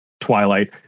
Twilight